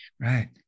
Right